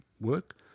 work